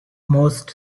most